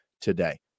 today